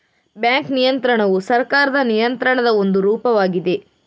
bank ನಿಯಂತ್ರಣವು ಸರ್ಕಾರದ ನಿಯಂತ್ರಣದ ಒಂದು ರೂಪವಾಗಿದೆ